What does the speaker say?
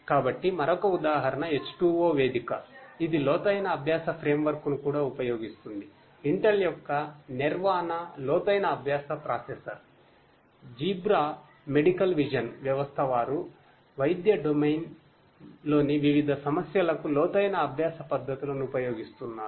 కాబట్టి మరొక ఉదాహరణ H2O వేదిక ఇది లోతైన అభ్యాస ఫ్రేమ్వర్క్ లోని వివిధ సమస్యలకు లోతైన అభ్యాస పద్ధతులను ఉపయోగిస్తున్నారు